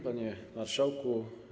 Panie Marszałku!